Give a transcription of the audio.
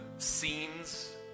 scenes